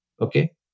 Okay